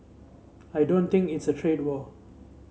I don't think it's a trade war